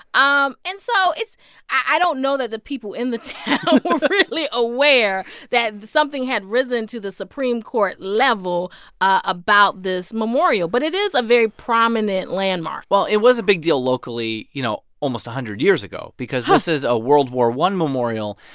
um and so it's i don't know that the people in the town. were really aware that something had risen to the supreme court level about this memorial. but it is a very prominent landmark well it was a big deal locally, you know, almost a hundred years ago because this is a world war i memorial,